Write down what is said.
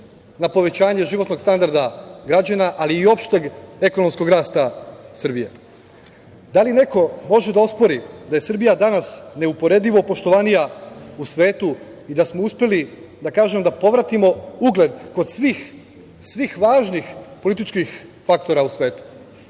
na povećanje životnog standarda građana, ali i opšteg ekonomskog rasta Srbije? Da li neko može da ospori da je Srbija danas neuporedivo poštovanija u svetu i da smo uspeli, da kažem, da povratimo ugled kod svih važnih političkih faktora u svetu? Da